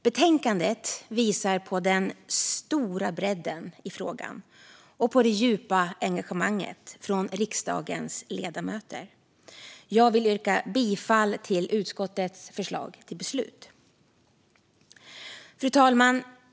Betänkandet visar på den stora bredden i frågan och på det djupa engagemanget från riksdagens ledamöter. Jag vill yrka bifall till utskottets förslag till beslut. Fru talman!